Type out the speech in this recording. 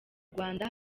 rwanda